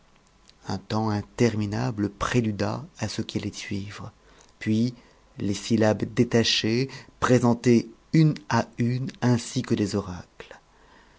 un temps interminable préluda à ce qui allait suivre puis les syllabes détachées présentées une à une ainsi que des oracles